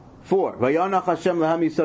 Four